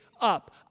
up